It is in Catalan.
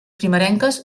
primerenques